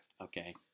Okay